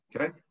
Okay